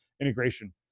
integration